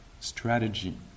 strategy